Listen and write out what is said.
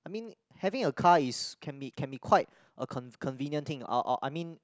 I mean having a car is can be can be quite a con~ convenient thing or or I mean